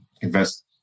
invest